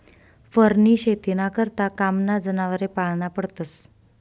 फरनी शेतीना करता कामना जनावरे पाळना पडतस